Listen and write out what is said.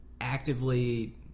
actively